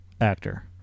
actor